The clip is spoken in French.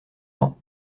ans